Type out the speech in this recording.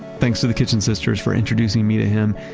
thanks to the kitchen sisters for introducing me to him.